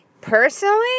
personally